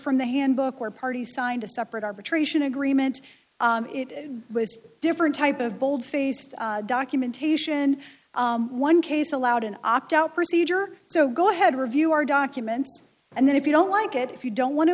from the handbook where parties signed a separate arbitration agreement it was a different type of bold faced documentation one case allowed an opt out procedure so go ahead review our documents and then if you don't like it if you don't want to